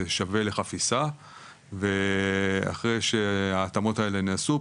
שווה לחפיסה ואחרי שההתאמות האלו נעשו,